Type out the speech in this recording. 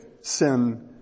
sin